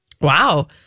Wow